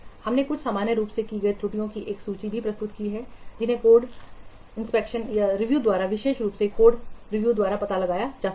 हमने कुछ सामान्य रूप से की गई त्रुटियों की एक सूची भी प्रस्तुत की है जिसे कोड समीक्षा द्वारा विशेष रूप से कोड समीक्षा द्वारा पता लगाया जा सकता है